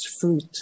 fruit